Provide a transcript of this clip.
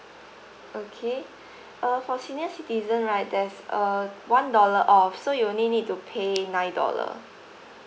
okay uh for senior citizen right there's a one dollar off so you only need to pay nine dollar